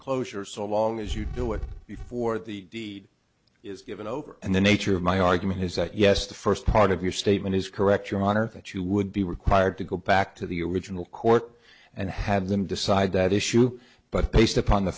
foreclosure so long as you do it before the deed is given over and the nature of my argument is that yes the first part of your statement is correct your honor that you would be required to go back to the original court and have them decide that issue but based upon the